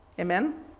Amen